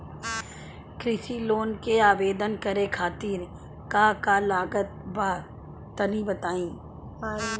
कृषि लोन के आवेदन करे खातिर का का लागत बा तनि बताई?